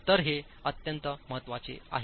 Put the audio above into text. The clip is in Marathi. तर हे अत्यंत महत्वाचे आहे